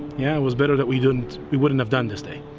yeah it was better that we wouldn't we wouldn't have done this day.